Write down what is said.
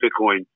Bitcoin